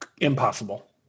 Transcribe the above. Impossible